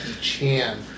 Chan